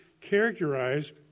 characterized